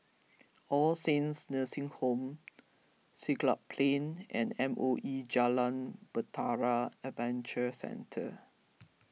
All Saints Nursing Home Siglap Plain and M O E Jalan Bahtera Adventure Centre